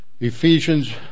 Ephesians